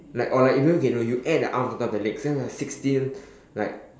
like or like even okay no you add the arm on top of the legs then you have like sixteen like